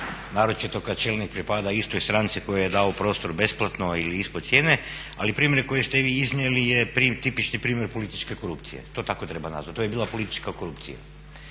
naročito kada čelnik pripada istoj stranci kojoj je dao prostor besplatno ili ispod cijene. Ali primjer koji ste vi iznijeli je tipični primjer političke korupcije, to tako treba nazvati, to je bila politička korupcija.